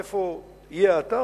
או איפה יהיה האתר,